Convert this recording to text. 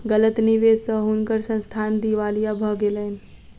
गलत निवेश स हुनकर संस्थान दिवालिया भ गेलैन